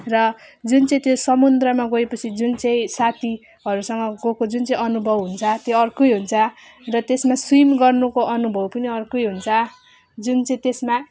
र जुन चाहिँ त्यो समुद्रमा गएपछि जुन चाहिँ साथीहरूसँग गएको जुन चाहिँ अनुभव हुन्छ त्यो अर्कै हुन्छ र त्यसमा स्विम गर्नुको अनुभव पनि अर्कै हुन्छ जुन चाहिँ त्यसमा